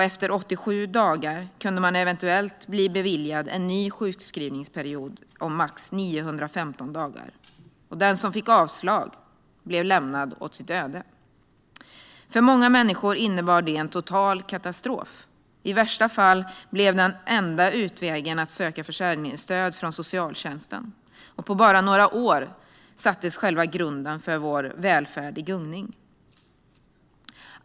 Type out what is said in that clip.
Efter 87 dagar kunde man eventuellt bli beviljad en ny sjukskrivningsperiod om max 915 dagar. Den som fick avslag blev lämnad åt sitt öde. För många människor innebar det här total katastrof. I värsta fall blev den enda utvägen att söka försörjningsstöd från socialtjänsten. På bara några år sattes själva grunden för vår välfärd i gungning.